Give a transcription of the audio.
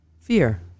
fear